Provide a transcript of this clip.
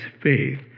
faith